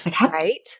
Right